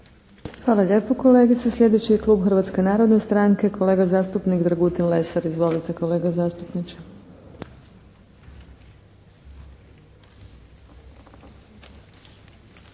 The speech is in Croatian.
Hvala lijepo kolegice. Sljedeći je klub Hrvatske narodne stranke, kolega zastupnik Dragutin Lesar. Izvolite kolega zastupniče!